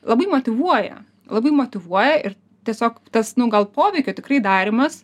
labai motyvuoja labai motyvuoja ir tiesiog tas nu gal poveikio tikrai darymas